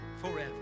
forever